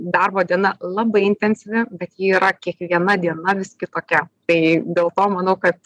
darbo diena labai intensyvi bet ji yra kiekviena diena vis kitokia tai dėl to manau kad